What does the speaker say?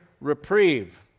reprieve